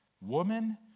Woman